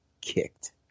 kicked